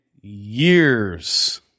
years